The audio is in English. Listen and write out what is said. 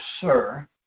Sir